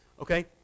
Okay